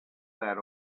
that